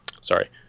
sorry